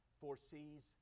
foresees